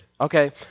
okay